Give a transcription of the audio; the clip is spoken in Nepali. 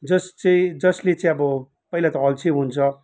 जस चाहिँ जसले चाहिँ अब पहिला त अल्छे हुन्छ